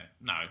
No